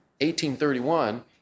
1831